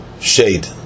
shade